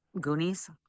goonies